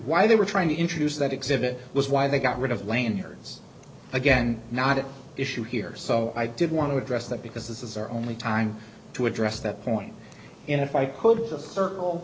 why they were trying to introduce that exhibit was why they got rid of lanyards again not at issue here so i did want to address that because this is our only time to address that point and if i could circle